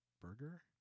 burger